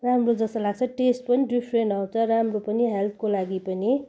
राम्रो जस्तो लाग्छ टेस्ट पनि डिफ्रेन्ट आउँछ राम्रो पनि हेल्थको लागि पनि